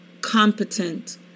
competent